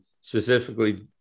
specifically